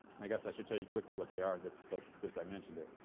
and i guess i should tell you quickly what they are that so since i mentioned it,